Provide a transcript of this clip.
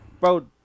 Bro